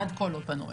עד כה לא פנו אלינו.